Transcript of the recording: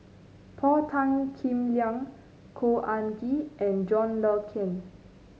Paul Tan Kim Liang Khor Ean Ghee and John Le Cain